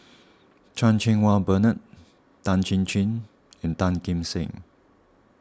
Chan Cheng Wah Bernard Tan Chin Chin and Tan Kim Seng